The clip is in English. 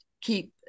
keep